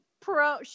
pro